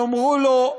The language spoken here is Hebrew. יאמרו לו: